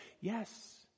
Yes